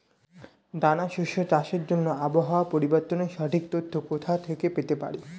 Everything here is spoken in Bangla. দানা শস্য চাষের জন্য আবহাওয়া পরিবর্তনের সঠিক তথ্য কোথা থেকে পেতে পারি?